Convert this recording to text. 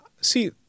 See